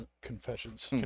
Confessions